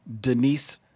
Denise